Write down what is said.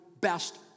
best